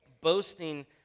Boasting